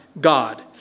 God